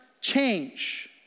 change